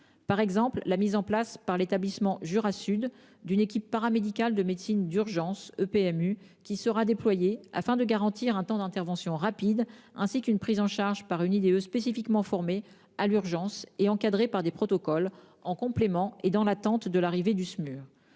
par exemple, à la mise en place, par l'établissement Jura Sud, d'une équipe paramédicale de médecine d'urgence (EPMU), qui sera déployée afin de garantir un temps d'intervention rapide, ainsi qu'une prise en charge par une infirmière diplômée d'État spécifiquement formée à l'urgence et encadrée par des protocoles, en complément et dans l'attente de l'arrivée du Smur.